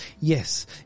yes